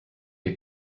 est